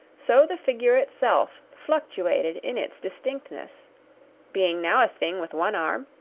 so the figure itself fluctuated in its distinctness being now a thing with one arm,